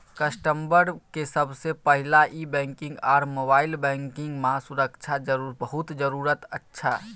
customer के सबसे पहला ई बैंकिंग आर मोबाइल बैंकिंग मां सुरक्षा बहुत जरूरी अच्छा